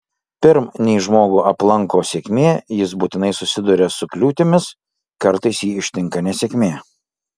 pirm nei žmogų aplanko sėkmė jis būtinai susiduria su kliūtimis kartais jį ištinka nesėkmė